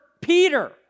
Peter